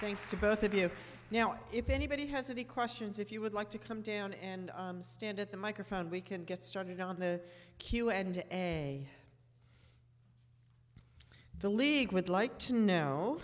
thanks to both of you now if anybody has any questions if you would like to come down and stand at the microphone we can get started on the q and a the league would like to know